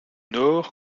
nord